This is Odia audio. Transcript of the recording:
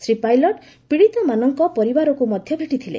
ଶ୍ରୀ ପାଇଲଟ ପୀଡ଼ିତମାନଙ୍କ ପରିବାରକୁ ମଧ୍ୟ ଭେଟିଥିଲେ